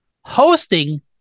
hosting